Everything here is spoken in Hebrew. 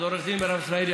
אז עו"ד מירב ישראלי,